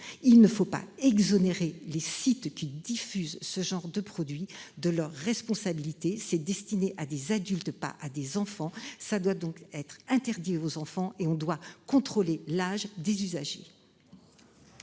Il ne faut pas exonérer les sites qui diffusent ce genre de. De leur responsabilité, c'est destiné à des adultes, pas à des enfants, ça doit donc être interdit aux enfants et on doit contrôler l'âge des usagers.